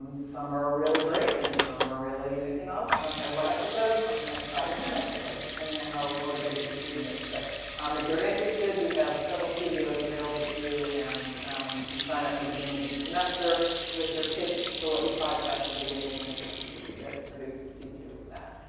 um some are really great and some are really mickey mouse. some have one episode, some have five or ten episodes depending on how motivated the student is. but um if you're interested, we have several studios available to you and um you sign up at the beginning of each semester with your pitch for what your podcast will be and we can make arrangements to get it produced and teach you that.